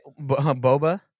Boba